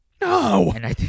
No